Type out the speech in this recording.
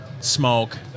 smoke